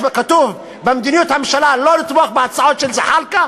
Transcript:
כתוב במדיניות הממשלה לא לתמוך בהצעות של זחאלקה?